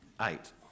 eight